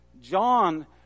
John